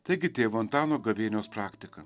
taigi tėvo antano gavėnios praktika